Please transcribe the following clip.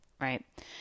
right